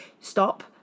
stop